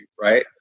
right